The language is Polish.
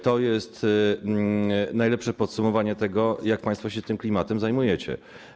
To jest najlepsze podsumowanie tego, jak państwo się tym klimatem zajmujecie.